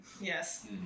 Yes